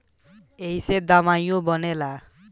ऐइसे दवाइयो बनेला